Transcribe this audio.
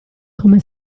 come